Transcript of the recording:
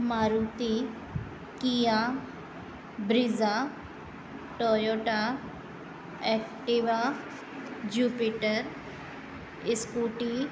Maruti Kia Brezza Toyota Activa Jupiter scooty